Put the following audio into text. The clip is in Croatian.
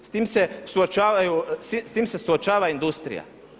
S tim se suočava industrija.